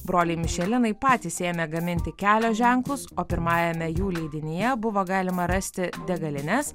broliai mišelinai patys ėmė gaminti kelio ženklus o pirmajame jų leidinyje buvo galima rasti degalines